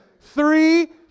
Three